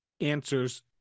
answers